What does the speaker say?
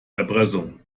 erpressung